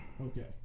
Okay